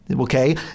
okay